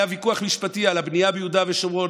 היה ויכוח משפטי על הבנייה ביהודה ושומרון.